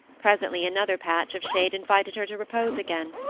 presently another patch of shade invited her to repose again,